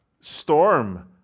storm